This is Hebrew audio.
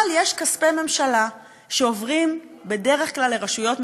אבל יש כספי ממשלה שעוברים בדרך כלל לרשויות מקומיות,